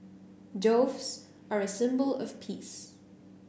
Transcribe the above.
doves are a symbol of peace